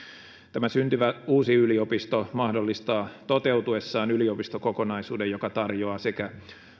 tämä syntyvä uusi yliopisto mahdollistaa toteutuessaan ylipistokokonaisuuden joka tarjoaa sekä